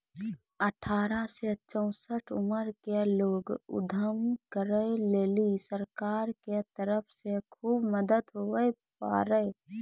अठारह से चौसठ उमर के लोग उद्यम करै लेली सरकार के तरफ से खुब मदद हुवै पारै